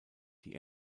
die